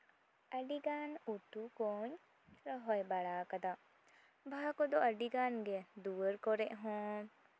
ᱟᱹᱰᱤᱜᱟᱱ ᱩᱛᱩ ᱠᱚᱧ ᱨᱚᱦᱚᱭ ᱵᱟᱲᱟ ᱠᱟᱫᱟ ᱵᱟᱦᱟ ᱠᱚᱫᱚ ᱟᱹᱰᱤᱜᱟᱱ ᱜᱮ ᱫᱩᱣᱟᱹᱨ ᱠᱚᱨᱮᱜ ᱦᱚᱸ